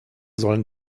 sollen